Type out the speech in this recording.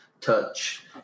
touch